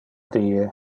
die